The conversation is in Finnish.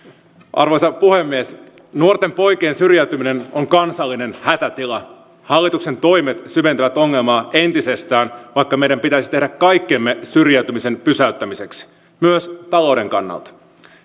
arvoisa puhemies nuorten poikien syrjäytyminen on kansallinen hätätila hallituksen toimet syventävät ongelmaa entisestään vaikka meidän pitäisi tehdä kaikkemme syrjäytymisen pysäyttämiseksi myös talouden kannalta